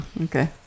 Okay